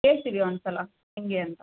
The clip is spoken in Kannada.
ಕೇಳ್ತೀವಿ ಒಂದು ಸಲ ಹೇಗೆ ಅಂತ